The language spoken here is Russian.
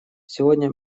сегодня